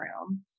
room